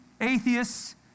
atheists